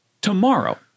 Tomorrow